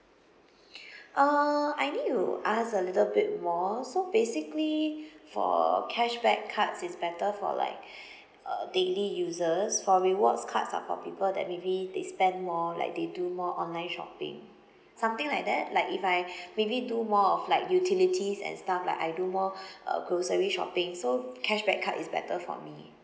uh I need to ask a little bit more so basically for cashback cards is better for like uh daily users for rewards cards are for people that maybe they spend more like they do more online shopping something like that like if I maybe do more of like utilities and stuff like I do more uh grocery shopping so cashback card is better for me